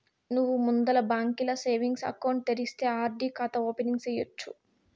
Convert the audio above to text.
నువ్వు ముందల బాంకీల సేవింగ్స్ ఎకౌంటు తెరిస్తే ఆర్.డి కాతా ఓపెనింగ్ సేయచ్చు